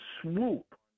swoop